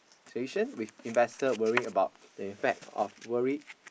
solution with investor worrying about the effect of worry